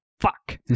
fuck